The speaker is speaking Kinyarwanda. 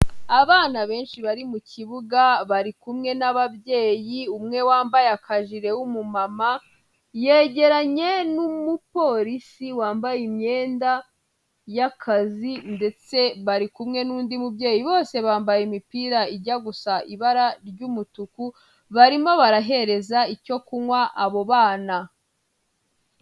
Abana benshi bari mu kibuga, bari kumwe n'ababyeyi, umwe wambaye akajire w'umumama, yegeranye n'umupolisi wambaye imyenda y'akazi ndetse bari kumwe n'undi mubyeyi, bose bambaye imipira ijya gusa ibara ry'umutuku, barimo barahereza icyo kunywa abo bana.